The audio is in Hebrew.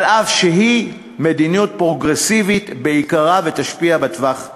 אף שזו מדיניות פרוגרסיבית בעיקרה ותשפיע בטווח הרחוק.